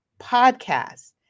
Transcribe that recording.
podcast